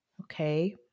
Okay